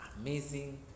amazing